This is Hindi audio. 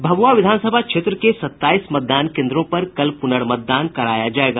भभूआ विधानसभा क्षेत्र के सत्ताईस मतदान केंद्रों पर कल पूर्नमतदान कराया जाएगा